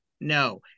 No